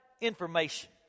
information